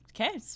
okay